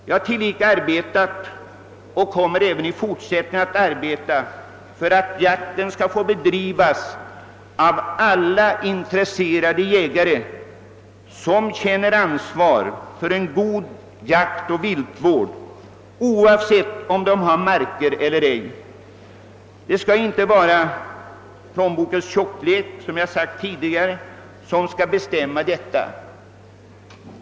Jag har tillika arbetat för och kommer även i fortsättningen att arbeta för att jakten skall få bedrivas av alla intresserade jägare som känner ansvar för en god jaktoch viltvård, oavsett om de har jaktmarker eller ej. Det skall — som jag sagt tidigare — inte vara plånbokens tjocklek som skall bestämma detta.